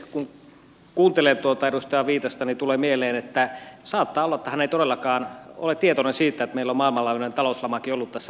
kun kuuntelee tuota edustaja viitasta niin tulee mieleen että saattaa olla että hän ei todellakaan ole tietoinen siitä että meillä on maailmanlaajuinen talouslamakin ollut tässä lähiaikoina